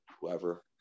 whoever